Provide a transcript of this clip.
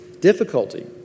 difficulty